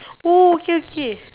oh okay okay